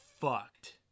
fucked